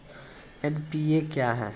NPA क्या हैं?